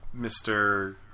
Mr